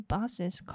Buses